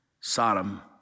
Sodom